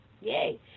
Yay